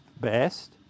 best